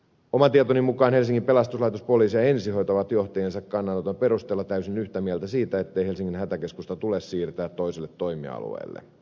oman tietoni mukaan helsingin pelastuslaitos poliisi ja ensihoito ovat johtajiensa kannanoton perusteella täysin yhtä mieltä siitä ettei helsingin hätäkeskusta tulee siirtää toiselle toimialueelle